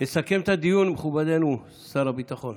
יסכם את הדיון מכובדנו שר הביטחון.